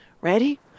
Ready